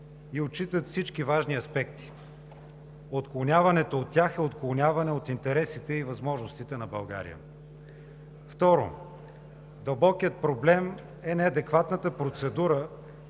и отчитат всички важни аспекти. Отклоняването от тях е отклоняване от интересите и възможностите на България. Второ, дълбокият проблем е неадекватната процедура,